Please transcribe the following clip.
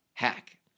hack